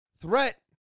threat